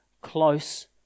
close